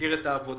מכיר את העבודה